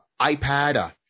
iPad